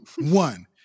One